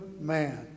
man